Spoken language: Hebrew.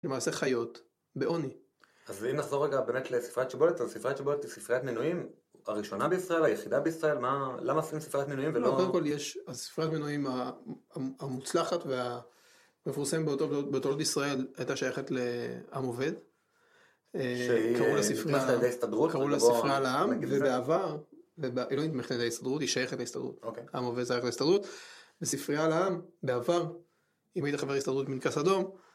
למעשה חיות, בעוני. אז אם נחזור רגע באמת לספריית שיבולת, אז ספריית שיבולת היא ספריית מנויים הראשונה בישראל, היחידה בישראל? מה... למה עושים ספריית מנויים ולא...? לא, קודם כל יש, ספריית מנויים המוצלחת והמפורסמת ביותר בישראל, היא הייתה שייכת לעם עובד. אה... שהיא אהה... שייכת להסתדרות? קראו לה ספרייה לעם, ובעבר... הלאימו את ההסתדרות... היא שייכת להסתדרות. עם עובד שייך להסתדרות. וספרייה לעם, בעבר, אם היית חבר הסתדרות עם פנקס אדום